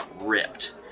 ripped